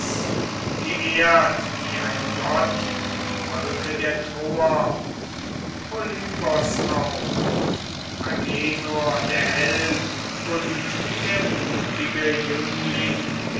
geehrt wie ein gott im volke der troer polybos auch und agenor der held und der mutige jüngling